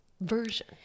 version